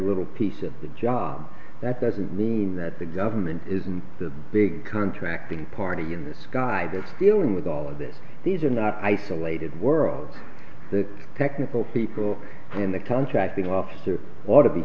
little piece of the job that doesn't mean that the government isn't the big contracting party in the sky that dealing with all of this these are not isolated world the technical people and the contracting officer ought to be